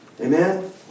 Amen